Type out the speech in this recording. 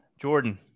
Jordan